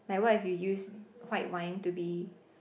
like what if you use white wine to be